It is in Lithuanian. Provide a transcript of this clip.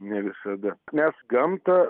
ne visada nes gamtą